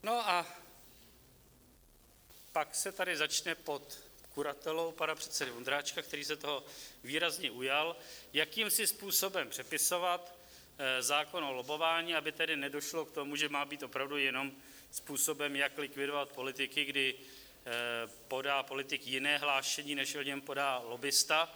No a pak se tady začne pod kuratelou pana předsedy Vondráčka, který se toho výrazně ujal, jakýmsi způsobem přepisovat zákon o lobbování, aby tedy nedošlo k tomu, že má být opravdu jenom způsobem, jak likvidovat politiky, kdy podá politik jiné hlášení, než o něm podá lobbista.